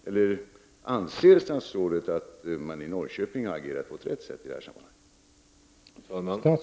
Eller anser statsrådet att Norrköpings kommun har agerat på ett riktigt sätt i det sammanhanget?